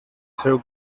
seu